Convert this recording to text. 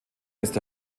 ist